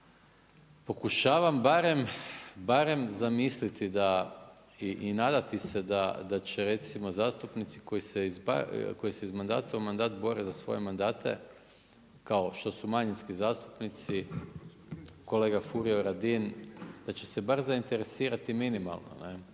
pokušavam barem zamisliti da i nadati se da će recimo zastupnici koji se iz mandata u mandat bore za svoje mandate kao što su manjinski zastupnici kolega Furio Radin, da će se bar zainteresirati minimalno,